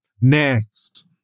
Next